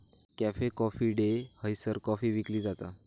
cafe Coffee Day हयसर coffee विकली जाता